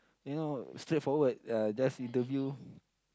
you know straightforward uh just interview